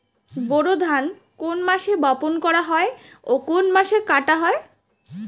বোরো ধান কোন মাসে বপন করা হয় ও কোন মাসে কাটা হয়?